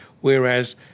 whereas